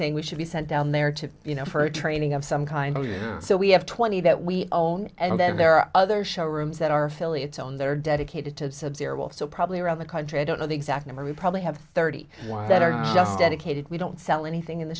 saying we should be sent down there to you know for training of some kind so we have twenty that we own and then there are other showrooms that our affiliates own there are dedicated to subzero so probably around the country i don't know the exact number we probably have thirty one that are just dedicated we don't sell anything in the